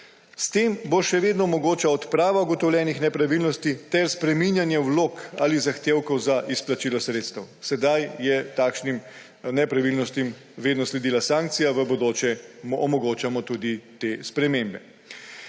S tem bo še vedno mogoča odprava ugotovljenih nepravilnosti ter spreminjanje vlog ali zahtevkov za izplačilo sredstev. Sedaj je takšnim nepravilnostim vedno sledila sankcija, v bodoče omogočamo tudi te spremembe.